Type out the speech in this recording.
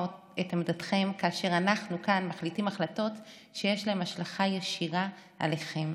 את עמדתכם כאשר אנחנו כאן מחליטים החלטות שיש להם השלכה ישירה עליכם,